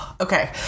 Okay